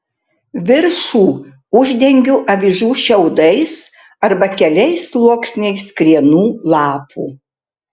viršų uždengiu avižų šiaudais arba keliais sluoksniais krienų lapų